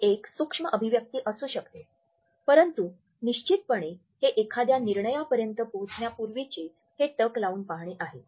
ही एक सूक्ष्म अभिव्यक्ती असू शकते परंतु निश्चितपणे हे एखाद्या निर्णयापर्यंत पोहोचण्यापूर्वीचे हे टक लावून पाहणे आहे